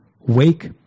wake